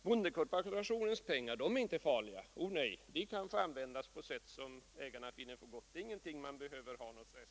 Bondekooperationens pengar är inte farliga; de kan få användas på ett sådant sätt som ägarna finner för gott. Det är ingenting som man behöver ha restriktioner om.